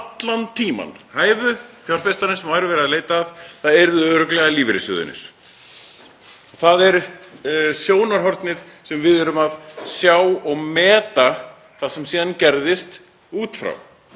allan tímann, að hæfu fjárfestarnir sem verið væri að leita að yrðu örugglega lífeyrissjóðirnir. Það er sjónarhornið sem við erum að sjá og meta það sem síðan gerðist út frá.